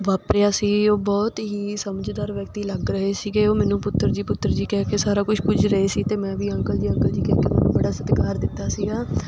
ਵਾਪਰਿਆ ਸੀ ਉਹ ਬਹੁਤ ਹੀ ਸਮਝਦਾਰ ਵਿਅਕਤੀ ਲੱਗ ਰਹੇ ਸੀਗੇ ਉਹ ਮੈਨੂੰ ਪੁੱਤਰ ਜੀ ਪੁੱਤਰ ਜੀ ਕਹਿ ਕੇ ਸਾਰਾ ਕੁਛ ਪੁੱਛ ਰਹੇ ਸੀ ਅਤੇ ਮੈਂ ਵੀ ਅੰਕਲ ਜੀ ਅੰਕਲ ਜੀ ਕਹਿ ਕੇ ਉਹਨਾਂ ਨੂੰ ਬੜਾ ਸਤਿਕਾਰ ਦਿੱਤਾ ਸੀਗਾ